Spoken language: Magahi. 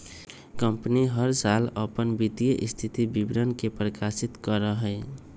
कंपनी हर साल अपन वित्तीय स्थिति विवरण के प्रकाशित करा हई